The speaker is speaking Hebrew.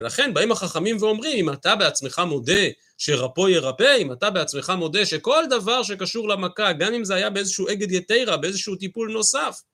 ולכן באים החכמים ואומרים, אם אתה בעצמך מודה שרפוא ירפא, אם אתה בעצמך מודה שכל דבר שקשור למכה, גם אם זה היה באיזשהו אגד יתירה, באיזשהו טיפול נוסף,